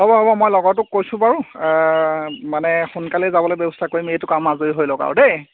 হ'ব হ'ব মই লগৰটোক কৈছোঁ বাৰু মানে সোনকালেই যাব ব্যৱস্থা কৰিম এইটো কাম আৰু আজৰি হৈ লওক আৰু দেই